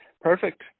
Perfect